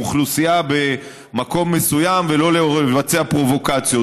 אוכלוסייה במקום מסוים ולא לבצע פרובוקציות.